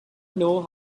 know